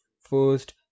first